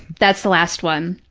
that's the last one.